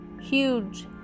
huge